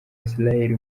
isirayeli